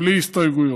בלי הסתייגויות,